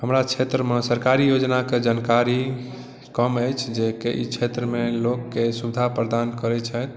हमरा क्षेत्र मे सरकारी योजना के जानकारी कम अछि जे की ई क्षेत्र मे लोक के सुविधा प्रदान करै छथि